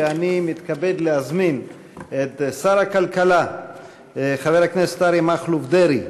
אני מתכבד להזמין את שר הכלכלה חבר הכנסת אריה מכלוף דרעי